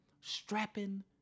strapping